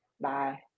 Bye